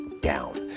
down